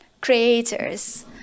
creators